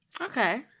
Okay